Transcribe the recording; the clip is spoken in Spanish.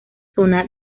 zona